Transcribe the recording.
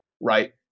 Right